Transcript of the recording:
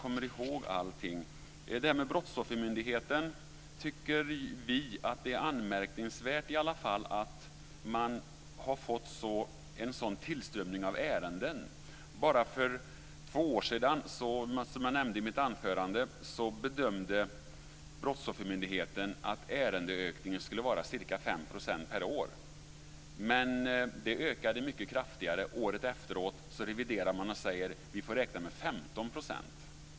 När det gäller Brottsoffermyndigheten tycker vi ändå att det är anmärkningsvärt att man har fått en sådan tillströmning av ärenden. Bara för två år sedan bedömde Brottsoffermyndigheten, som jag nämnde i mitt anförande, att ärendeökningen skulle vara ca 5 % per år. Men det ökade mycket kraftigare. Året efter reviderade man och sade att man fick räkna med 15 %.